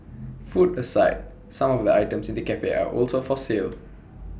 food aside some of the items in the Cafe are also for sale